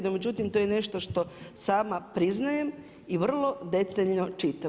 No međutim, to je nešto što sama priznajem i vrlo detaljno čitam.